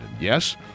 Yes